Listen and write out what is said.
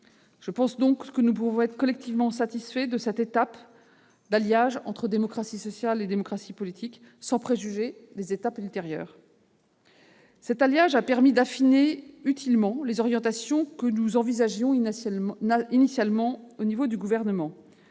À ce stade, nous pouvons être collectivement satisfaits du résultat de cet alliage entre démocratie sociale et démocratie politique, sans préjuger les étapes ultérieures. Cet alliage a permis d'affiner utilement les orientations envisagées initialement par le Gouvernement.